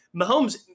Mahomes